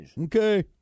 Okay